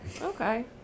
Okay